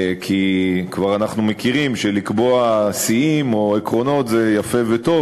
כי כבר אנחנו מכירים שלקבוע שיאים או עקרונות זה יפה וטוב